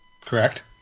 Correct